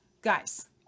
guys